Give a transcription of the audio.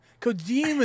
Kojima